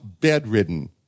bedridden